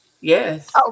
Yes